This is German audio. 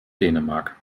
dänemark